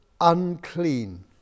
unclean